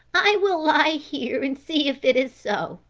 i will lie here and see if it is so,